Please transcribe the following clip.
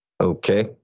Okay